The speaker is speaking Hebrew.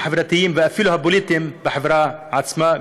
החברתיים ואפילו הפוליטיים בחברה עצמה,